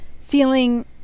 feeling